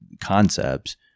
concepts